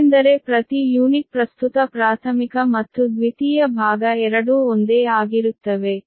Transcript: ಏಕೆಂದರೆ ಪ್ರತಿ ಯೂನಿಟ್ ಪ್ರಸ್ತುತ ಪ್ರಾಥಮಿಕ ಮತ್ತು ದ್ವಿತೀಯ ಭಾಗ ಎರಡೂ ಒಂದೇ ಆಗಿರುತ್ತವೆ